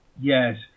Yes